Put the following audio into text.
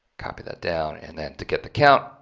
copy that down, and then, to get the count,